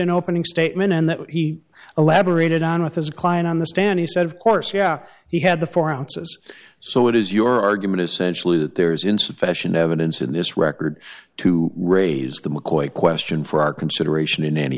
in opening statement and then he elaborated on with his client on the stand he said of course yeah he had the four ounces so it is your argument essentially that there is insufficient evidence in this record to raise the mccoy question for our consideration in any